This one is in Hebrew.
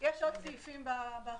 יש עוד סעיפים בהחלטה.